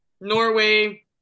Norway